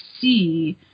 see